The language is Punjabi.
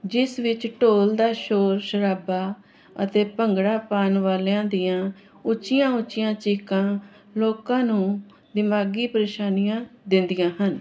ਜਿਸ ਵਿੱਚ ਢੋਲ ਦਾ ਸ਼ੋਰ ਸ਼ਰਾਬਾ ਅਤੇ ਭੰਗੜਾ ਪਾਉਣ ਵਾਲਿਆਂ ਦੀਆਂ ਉੱਚੀਆਂ ਉੱਚੀਆਂ ਚੀਕਾਂ ਲੋਕਾਂ ਨੂੰ ਦਿਮਾਗੀ ਪ੍ਰੇਸ਼ਾਨੀਆਂ ਦਿੰਦੀਆਂ ਹਨ